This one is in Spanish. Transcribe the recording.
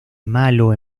malo